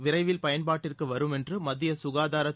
விரைவில் பயன்பாட்டிற்கு வரும் என்று மத்திய ககாதாரத்